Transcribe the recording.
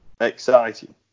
exciting